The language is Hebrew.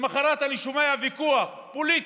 למוחרת אני שומע ויכוח פוליטי,